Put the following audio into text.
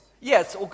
Yes